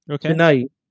tonight